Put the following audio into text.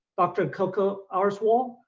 dr. coco auerswald,